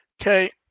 Okay